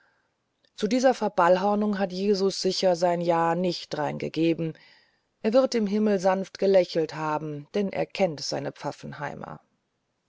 zu dieser verballhornung hat jesus sicher sein ja nicht drein gegeben er wird im himmel sanft gelächelt haben denn er kennt seine